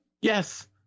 yes